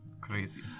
crazy